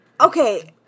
Okay